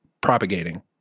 propagating